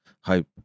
Hope